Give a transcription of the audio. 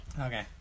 Okay